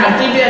אחמד טיבי,